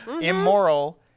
immoral